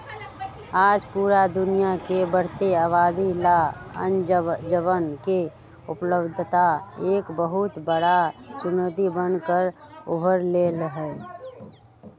आज पूरा दुनिया के बढ़ते आबादी ला अनजवन के उपलब्धता एक बहुत बड़ा चुनौती बन कर उभर ले है